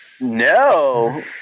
No